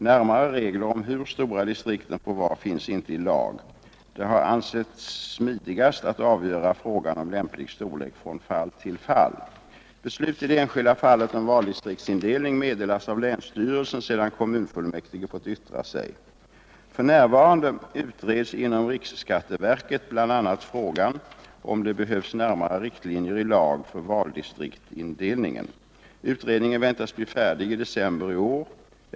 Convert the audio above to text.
Närmare regler om hur stora distrikten får vara finns inte i lag. Det har ansetts smidigast att avgöra frågan om lämplig storlek från fall till fall. Beslut i det enskilda fallet om valdistriktsindelning meddelas av länsstyrelsen sedan kommunfullmäktige fått yttra sig. För närvarande utreds inom RSV bl.a. frågan om det behövs närmare riktlinjer i lag för valdistriktsindelningen. Utredningen väntas bli färdig i december i år.